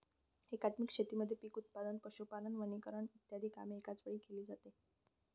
एकात्मिक शेतीमध्ये पीक उत्पादन, पशुपालन, वनीकरण इ कामे एकाच वेळी केली जातात